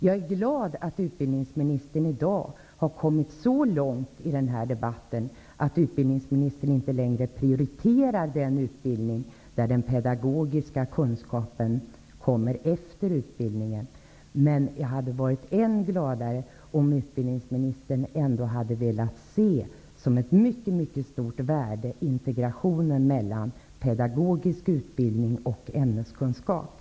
Jag är glad att utbildningsministern i dag har kommit så långt i debatten att utbildningsministern inte längre prioriterar den utbildning där den pedagogiska kunskapen kommer efter utbildningen. Men jag hade varit än gladare om utbildningsministern ändå hade velat se det som värdefullt med en integration mellan pedagogisk utbildning och ämneskunskaper.